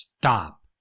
Stop